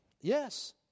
Yes